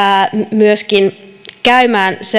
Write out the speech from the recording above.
myöskin käymään